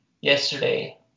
yesterday